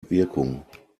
wirkung